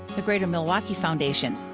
the greater milwaukee foundation,